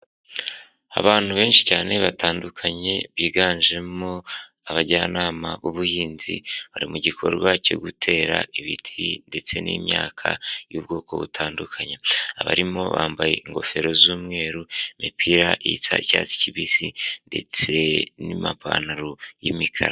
Abantu benshi cyane batandukanye biganjemo abajyanama b'ubuhinzi bari mu gikorwa cyo gutera ibiti ndetse n'imyaka y'ubwoko butandukanye, abarimo bambaye ingofero z'umweru, imipira isa icyatsi kibisi ndetse n'amapantaro y'imikara.